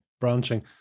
branching